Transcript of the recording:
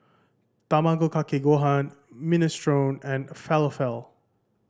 Tamago Kake Gohan Minestrone and Falafel